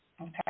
Okay